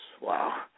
Wow